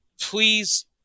please